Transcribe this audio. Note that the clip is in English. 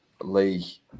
Lee